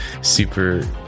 super